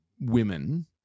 women